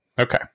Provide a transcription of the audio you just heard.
Okay